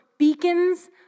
beacons